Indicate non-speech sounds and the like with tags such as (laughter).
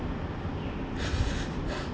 (noise)